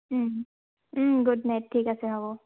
good night ঠিক আছে হ'ব